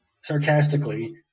Sarcastically